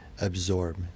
absorb